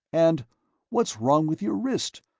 and what's wrong with your wrist?